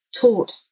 taught